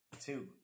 Two